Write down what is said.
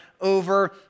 over